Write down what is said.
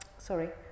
sorry